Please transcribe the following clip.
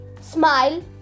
smile